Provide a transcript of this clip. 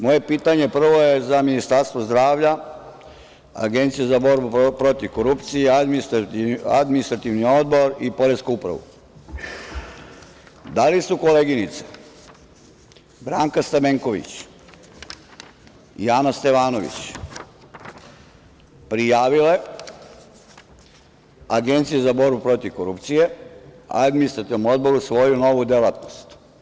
Moje pitanje prvo je za Ministarstvo zdravlja, Agenciju za borbu protiv korupcije, Administrativni odbor i Poresku upravu - da li su koleginice Branka Stamenković i Ana Stevanović prijavile Agenciji za borbu protiv korupcije, Administrativnom odboru svoju novu delatnost?